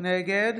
נגד